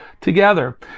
together